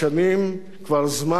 כבר זמן רב שנים.